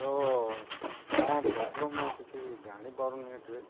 ତ କ'ଣ ପ୍ରୋବ୍ଲେମ୍ ମୁଁ କିଛି ଜାଣିପାରୁନି ଏଠି